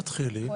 תתחילי.